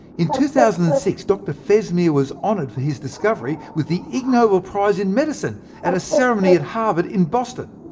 in two thousand and six, dr fesmire was honoured for his discovery with the ignobel prize in medicine at a ceremony at harvard in boston.